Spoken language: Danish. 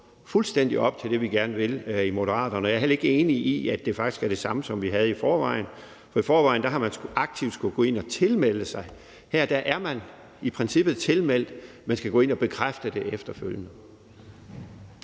fuldstændig op til det, vi gerne vil i Moderaterne. Jeg er heller ikke enig i, at det faktisk er det samme, som vi havde i forvejen, for i forvejen har man aktivt skullet gå ind og tilmelde sig. Her er man i princippet tilmeldt, og så skal man gå ind og bekræfte det efterfølgende.